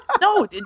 No